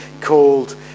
called